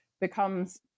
becomes